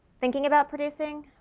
thinking about producing,